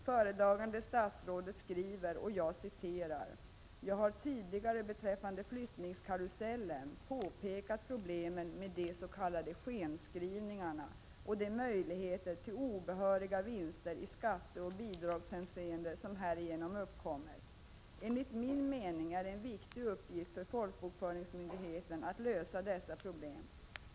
Föredragande statsrådet skriver: ”Jag har tidigare, beträffande flyttningskontrollen, påpekat problemen med de s.k. skenskrivningarna och de möjligheter till obehöriga vinster i skatteoch bidragshänseende som därigenom kan uppkomma. Enligt min mening är det en viktig uppgift för folkbokföringsmyndigheten att lösa dessa problem.